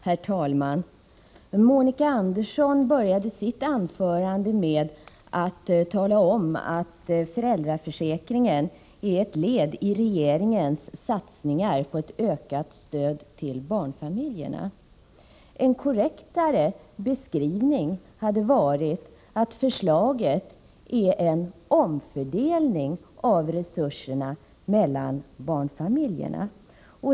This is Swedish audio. Herr talman! Monica Andersson började sitt anförande med att tala om att föräldraförsäkringen är ett led i regeringens satsningar på ett ökat stöd till barnfamiljerna. En korrektare beskrivning hade varit att förslaget innebär en omfördelning av resurserna mellan barnfamiljerna.